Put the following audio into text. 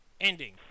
Ending